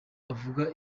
avuga